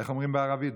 איך אומרים בערבית?